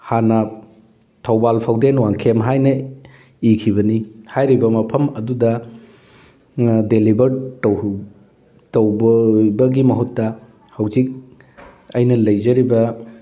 ꯍꯥꯟꯅ ꯊꯧꯕꯥꯜ ꯐꯥꯎꯗꯦꯝ ꯋꯥꯡꯈꯦꯝ ꯍꯥꯏꯅ ꯏꯈꯤꯕꯅꯤ ꯍꯥꯏꯔꯤꯕ ꯃꯐꯝ ꯑꯗꯨꯗ ꯗꯦꯂꯤꯕꯔ ꯇꯧꯕꯕꯒꯤ ꯃꯍꯨꯠꯇ ꯍꯧꯖꯤꯛ ꯑꯩꯅ ꯂꯩꯖꯔꯤꯕ